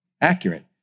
accurate